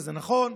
וזה נכון,